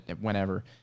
whenever